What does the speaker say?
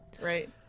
right